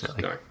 no